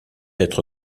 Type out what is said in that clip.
être